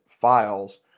files